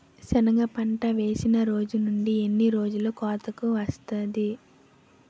సెనగ పంట వేసిన రోజు నుండి ఎన్ని రోజుల్లో కోతకు వస్తాది?